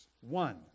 one